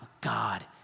God